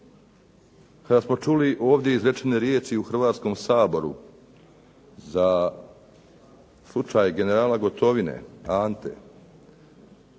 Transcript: Kada smo čuli ovdje izrečene riječi u Hrvatskom saboru za slučaj generala Gotovine Ante